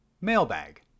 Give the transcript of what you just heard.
Mailbag